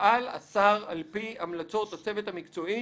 יפעל השר על פי המלצות הצוות המקצועי